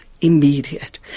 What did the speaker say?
immediate